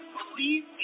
Believe